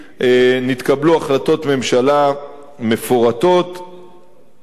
נתקבלו החלטות ממשלה מפורטות והוקצו,